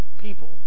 people